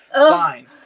sign